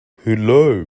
hullo